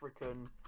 african